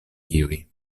iuj